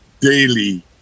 daily